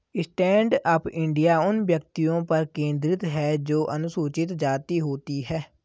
stand up India उन व्यक्तियों पर केंद्रित है जो अनुसूचित जाति होती है